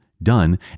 Done